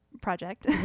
project